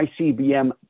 ICBM